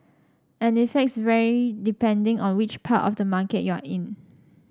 and effects vary depending on which part of the market you're in